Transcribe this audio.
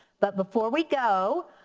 but before we go,